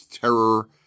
terror